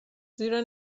زیرا